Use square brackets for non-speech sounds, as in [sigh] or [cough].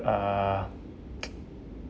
uh [noise]